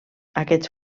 aquests